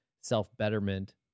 self-betterment